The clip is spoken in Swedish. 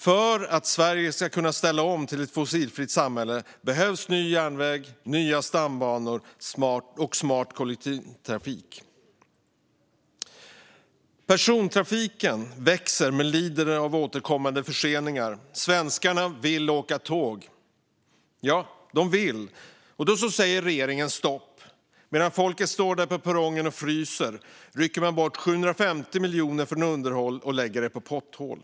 För att Sverige ska kunna ställa om till ett fossilfritt samhälle behövs ny järnväg, nya stambanor och smart kollektivtrafik. Persontrafiken växer men lider av återkommande förseningar. Svenskarna vill verkligen åka tåg. Men då säger regeringen stopp. Medan folket står på perrongen och fryser rycker man bort 750 miljoner från underhåll och lägger det på potthål.